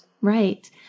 Right